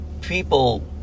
people